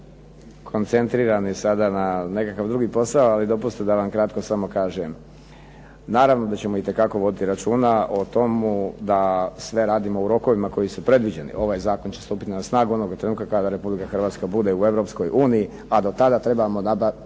koncentrirani sada na nekakav drugi posao ali dopustite da vam kratko samo kažem. Naravno da ćemo itekako voditi računa o tome da sve radimo u rokovima koji su predviđeni. Ovaj zakon će stupiti na snagu onoga trenutka kada Republika Hrvatska bude u Europskoj uniji a do tada trebamo napraviti